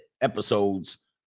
episodes